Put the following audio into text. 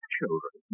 Children